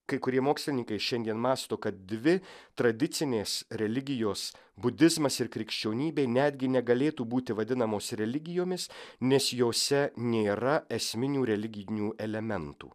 kai kurie mokslininkai šiandien mąsto kad dvi tradicinės religijos budizmas ir krikščionybė netgi negalėtų būti vadinamos religijomis nes jose nėra esminių religinių elementų